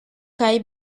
kaj